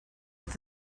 with